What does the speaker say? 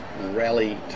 rally